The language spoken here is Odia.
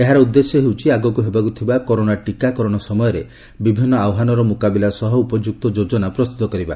ଏହାର ଉଦ୍ଦେଶ୍ୟ ହେଉଛି ଆଗକୁ ହେବାକୁଥିବା କରୋନା ଟୀକାକରଣ ସମୟରେ ବିଭିନ୍ନ ଆହ୍ୱାନର ମୁକାବିଲା ସହ ଉପଯୁକ୍ତ ଯୋଜନା ପ୍ରସ୍ତୁତ କରିବା